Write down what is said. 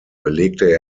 belegte